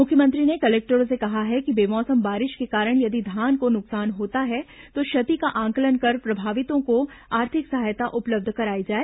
मुख्यमंत्री ने कलेक्टरों से कहा है कि बेमौसम बारिश के कारण यदि धान को नुकसान होता है तो क्षति का आंकलन कर प्रभावितों को आर्थिक सहायता उपलब्ध कराई जाए